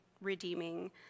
redeeming